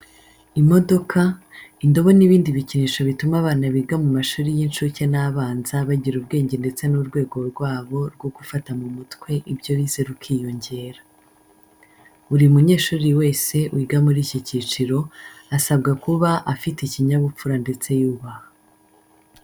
Imodoka, indobo n'ibindi bikinisho bituma abana biga mu mashuri y'incuke n'abanza bagira ubwenge ndetse n'urwego rwabo rwo gufata mu mutwe ibyo bize rukiyongera. Buri munyeshuri wese wiga muri iki cyiciro, asabwa kuba afite ikinyabupfura ndetse yubaha.